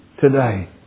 today